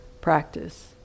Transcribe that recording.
practice